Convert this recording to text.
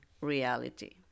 reality